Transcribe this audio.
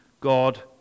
God